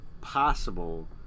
possible